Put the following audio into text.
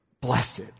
blessed